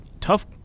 tough